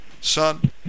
son